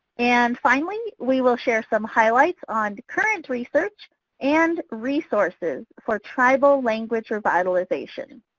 and finally, we will share some highlights on current research and resources for tribal language revitalization.